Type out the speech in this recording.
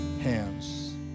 hands